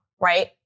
right